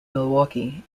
milwaukee